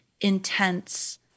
intense